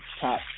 top